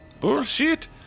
Bullshit